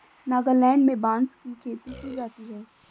नागालैंड में बांस की खेती की जाती है